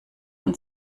und